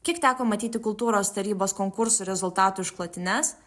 kiek teko matyti kultūros tarybos konkursų rezultatų išklotines